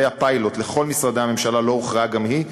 הפיילוט לכל משרדי הממשלה לא הוכרעה גם היא,